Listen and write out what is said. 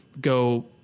go